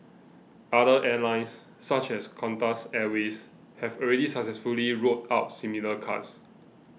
other airlines such as Qantas Airways have already successfully rolled out similar cards